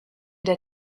der